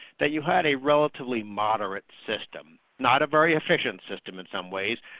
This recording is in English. that you had a relatively moderate system. not a very efficient system in some ways,